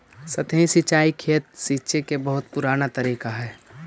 सतही सिंचाई खेत सींचे के बहुत पुराना तरीका हइ